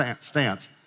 stance